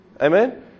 Amen